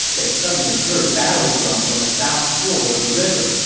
they suddenly heard battle drums on the south shore of the river,